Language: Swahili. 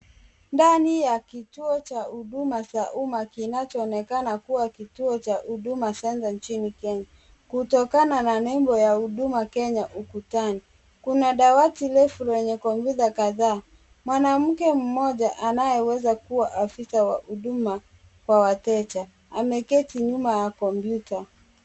Ndani ya kituo cha huduma za umma kinachoonekana kuwa kituo cha Huduma Centre nchini Kenya kutokana na nembo ya Huduma Kenya ukutani. Kuna dawati refu lenye kompyuta kadhaa. Mwanamke mmoja anayeweza kuwa afisa wa huduma kwa wateja ameketi nyuma ya kompyuta.